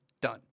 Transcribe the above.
done